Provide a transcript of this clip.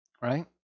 right